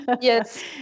Yes